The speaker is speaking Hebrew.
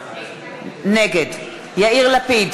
נגד יאיר לפיד,